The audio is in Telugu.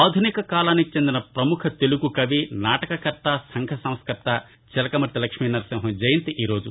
ఆధునిక కాలానికి చెందిన ప్రముఖ తెలుగు కవి నాటక కర్త సంఘ సంస్కర్త చిలకమర్తి లక్ష్మీనరసింహం జయంతి ఈరోజు